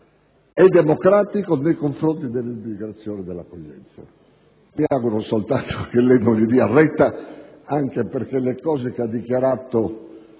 e democratico) nei confronti dell'immigrazione e dell'accoglienza. Mi auguro soltanto che lei non gli dia retta, anche perché le cose che ha dichiarato